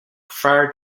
far